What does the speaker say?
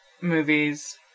movies